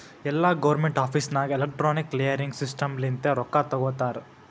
ಎಲ್ಲಾ government office ನಾಗ್ electronic clearing system ಲಿಂತೆ ರೊಕ್ಕಾ ತೊಗೋತಾರ